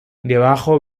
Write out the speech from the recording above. debajo